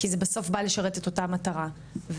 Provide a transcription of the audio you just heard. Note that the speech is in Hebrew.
כי זה בסוף בא לשרת את אותה מטרה ותראו,